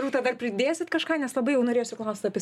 rūta dar pridėsit kažką nes labai jau norėsiu klaust apie